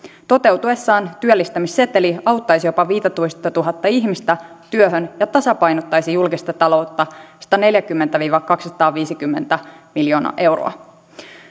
toteutuessaan työllistämisseteli auttaisi jopa viittätoistatuhatta ihmistä työhön ja tasapainottaisi julkista taloutta sataneljäkymmentä viiva kaksisataaviisikymmentä miljoonaa euroa